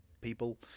people